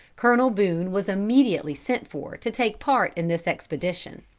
colonel boone was immediately sent for to take part in this expedition.